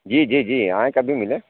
جی جی جی آئیں کبھی ملیں